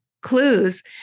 clues